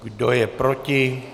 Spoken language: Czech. Kdo je proti?